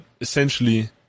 essentially